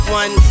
one